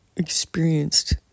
experienced